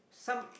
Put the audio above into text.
some